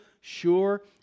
sure